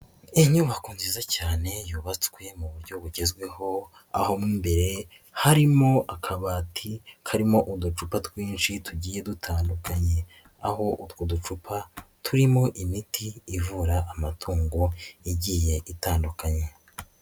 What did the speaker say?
Inyubako nziza cyane yubatswe mu buryo bugezweho aho mo imbere harimo akabati karimo uducupa twinshi tugiye dutandukanye, aho utwo ducupa turimo imiti ivura amatungo igiye itandukanye.